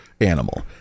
animal